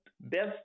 best